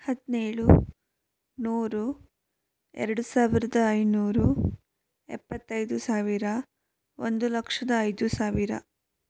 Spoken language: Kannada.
ಹದಿನೇಳು ನೂರು ಎರಡು ಸಾವಿರದ ಐನೂರು ಎಪ್ಪತ್ತೈದು ಸಾವಿರ ಒಂದು ಲಕ್ಷದ ಐದು ಸಾವಿರ